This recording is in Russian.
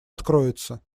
откроется